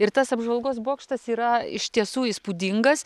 ir tas apžvalgos bokštas yra iš tiesų įspūdingas